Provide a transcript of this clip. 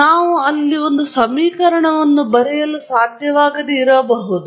ನಾವು ಅಲ್ಲಿ ಒಂದು ಸಮೀಕರಣವನ್ನು ಬರೆಯಲು ಸಾಧ್ಯವಾಗದೆ ಇರಬಹುದು